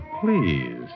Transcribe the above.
please